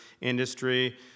industry